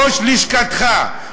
ראש לשכתך,